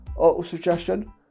auto-suggestion